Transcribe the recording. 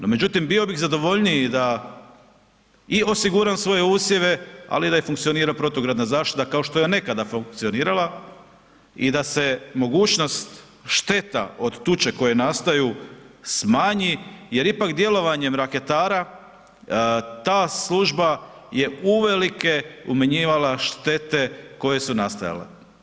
No, međutim, bio bih zadovoljniji i da osiguram svoje usjeve, ali i da funkcionira protugradna zaštita kao što je nekada funkcionirala i da se mogućnost šteta od tuče koje nastaju smanji jer ipak djelovanjem raketara ta služba je uvelike umanjivala štete koje su nastajale.